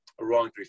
wrong